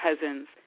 cousins